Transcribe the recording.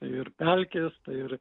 ir pelkės tai ir